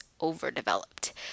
overdeveloped